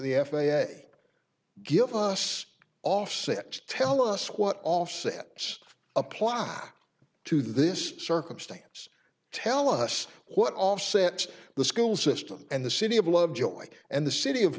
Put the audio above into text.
the f a a give us offsets tell us what offsets apply to this circumstance tell us what offsets the school system and the city of lovejoy and the city of